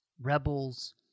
Rebels